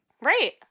Right